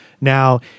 Now